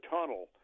tunnel